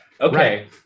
Okay